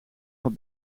van